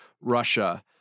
Russia